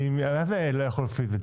ועוד איך הוא יכול להיכנס פיזית.